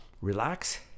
relax